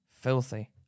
filthy